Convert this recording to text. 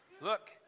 Look